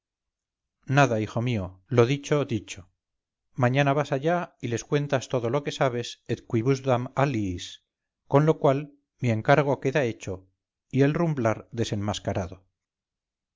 nada hijo mío lo dicho dicho mañana vas allá y les cuentas todo lo que sabes et quibusdam alliis con lo cual mi encargo queda hecho y el rumblar desenmascarado